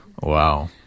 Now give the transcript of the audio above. Wow